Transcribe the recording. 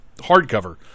hardcover